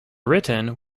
written